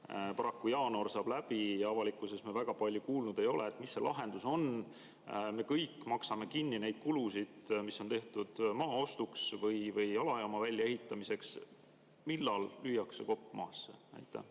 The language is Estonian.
Paraku jaanuar saab läbi ja avalikkuses me väga palju kuulnud ei ole, mis see lahendus on. Me kõik maksame kinni neid kulusid, mis on tehtud maa ostuks või alajaama väljaehitamiseks. Millal lüüakse kopp maasse? Aitäh!